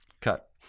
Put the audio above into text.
Cut